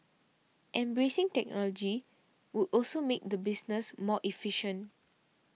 embracing technology would also make the business more efficient